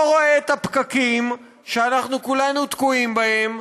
רואה את הפקקים שאנחנו כולנו תקועים בהם.